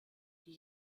die